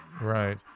Right